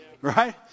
Right